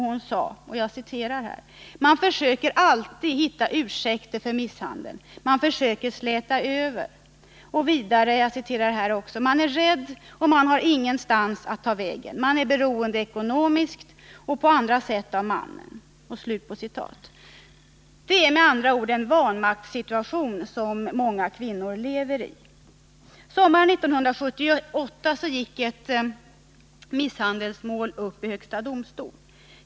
Hon sade att ”man försöker alltid hitta ursäkter för misshandeln, man försöker släta över”. Och vidare: ”Man är rädd och har ingen annanstans att ta vägen. Man är beroende ekonomiskt och på många andra sätt av mannen.” Det är med andra ord en vanmaktssituation som många kvinnor lever i. Sommaren 1978 gick ett misshandelsmål upp i högsta domstolen.